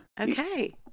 Okay